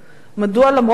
1. מדוע,